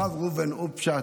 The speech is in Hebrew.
הרב ראובן וובשת,